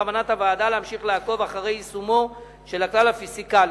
בכוונת הוועדה להמשיך לעקוב אחרי יישומו של הכלל הפיסקלי.